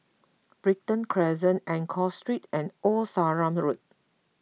Brighton Crescent Enggor Street and Old Sarum Road